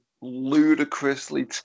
ludicrously